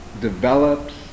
develops